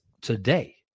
today